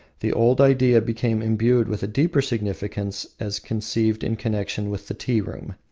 the old idea became imbued with a deeper significance as conceived in connection with the tea-room.